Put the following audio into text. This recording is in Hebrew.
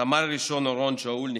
סמל ראשון אורון שאול נחטף.